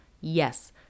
yes